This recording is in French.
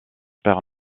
père